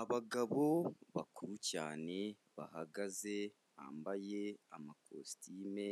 Abagabo bakuru cyane bahagaze bambaye amakositime